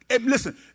listen